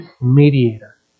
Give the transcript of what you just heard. mediator